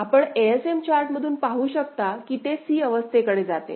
आपण एएसएम चार्टमधून पाहू शकता की ते c अवस्थेकडे जाते